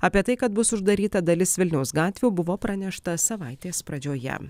apie tai kad bus uždaryta dalis vilniaus gatvių buvo pranešta savaitės pradžioje